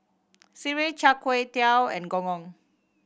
sireh Char Kway Teow and Gong Gong